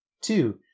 Two